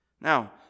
Now